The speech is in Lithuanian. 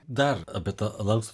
dar apie tą lankstų